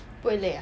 不会累 ah